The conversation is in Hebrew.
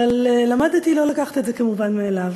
אבל למדתי לא לקחת את זה כמובן מאליו.